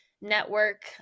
network